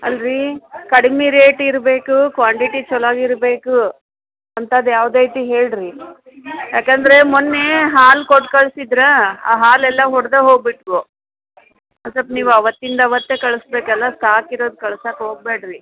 ಅಲ್ರಿ ಕಡ್ಮೆ ರೇಟ್ ಇರಬೇಕು ಕ್ವಾಂಟಿಟಿ ಚಲೊಗ್ ಇರಬೇಕು ಅಂಥದ್ದು ಯಾವುದೈತಿ ಹೇಳ್ರಿ ಯಾಕಂದರೆ ಮೊನ್ನೇ ಹಾಲು ಕೊಟ್ಟು ಕಳ್ಸಿದ್ರಾ ಆ ಹಾಲೆಲ್ಲ ಒಡ್ದೆ ಹೋಗ್ಬಿಟ್ವು ಒನ್ ಸ್ವಲ್ಪ್ ನೀವು ಆವತ್ತಿಂದು ಅವತ್ತೇ ಕಳಿಸ್ಬೇಕಲ ಸ್ಟಾಕಿರೋದ್ ಕಳ್ಸೋಕ್ ಹೋಗ್ಬೆಡ್ರಿ